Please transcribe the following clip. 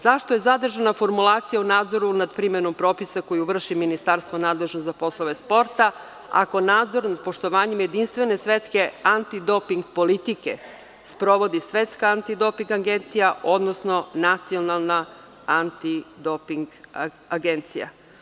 Zašto je zadržana formulacija u nadzoru nad primenom propisa koju vrši ministarstvo nadležno za poslove sporta, ako nadzor poštovanjem jedinstvene svetske antidoping politike sprovodi Svetska antidoping agencija, odnosno Nacionalna antidoping agencija?